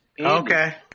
Okay